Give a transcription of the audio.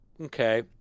okay